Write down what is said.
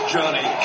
Johnny